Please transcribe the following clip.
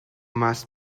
must